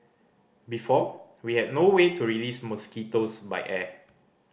before we had no way to release mosquitoes by air